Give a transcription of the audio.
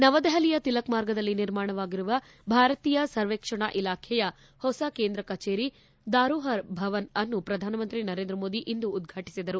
ನವದೆಹಲಿಯ ತಿಲಕ್ಮಾರ್ಗ್ನಲ್ಲಿ ನಿರ್ಮಾಣವಾಗಿರುವ ಭಾರತೀಯ ಸರ್ವೇಕ್ಷಣಾ ಇಲಾಖೆಯ ಹೊಸ ಕೇಂದ್ರ ಕಚೇರಿ ಧಾರೋಪರ್ ಭವನ್ ಅನ್ನು ಪ್ರಧಾನಮಂತ್ರಿ ನರೇಂದ್ರ ಇಂದು ಉದ್ಘಾಟಿಸಿದರು